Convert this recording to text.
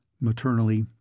Maternally